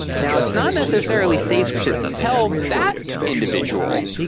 now it's not necessarily safe to tell that individual,